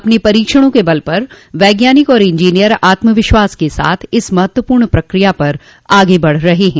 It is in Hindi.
अपने परीक्षणों के बल पर वैज्ञानिक और इंजीनियर आत्मविश्वास के साथ इस महत्वपूर्ण प्रक्रिया पर आग बढ़ रहे हैं